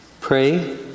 Pray